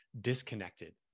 disconnected